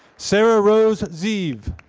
sarah rose zieve